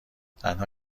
تنها